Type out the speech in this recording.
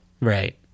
Right